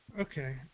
Okay